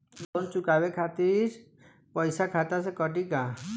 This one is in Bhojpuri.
लोन चुकावे खातिर पईसा खाता से कटी का?